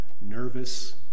nervous